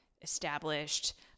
established